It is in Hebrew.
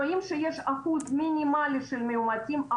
רואים שיש אחוז מינימלי של מאומתים,